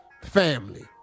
Family